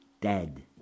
dead